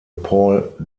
paul